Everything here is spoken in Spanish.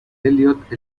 eliot